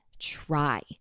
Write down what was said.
try